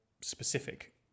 specific